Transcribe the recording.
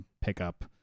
pickup